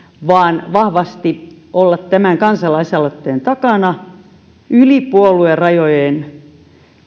vaan pitäisi vahvasti olla tämän kansalaisaloitteen takana yli puoluerajojen